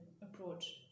approach